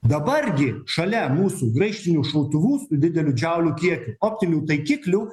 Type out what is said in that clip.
dabar gi šalia mūsų graižtvinių šautuvų su dideliu džiaulių kiekiu optinių taikiklių